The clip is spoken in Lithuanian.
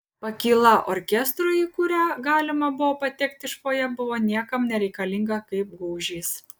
pakyla orkestrui į kurią galima buvo patekti iš fojė buvo niekam nereikalinga kaip gūžys